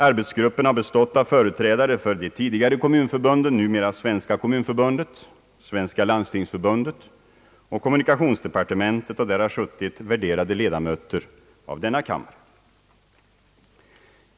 Arbetsgruppen har bestått av företrädare för de tidigare kommunförbunden — numera Svenska kommunförbundet — Svenska landstingsförbundet och kommunikationsdepartementet, och där har suttit värderade ledamöter av denna kammare.